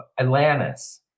Atlantis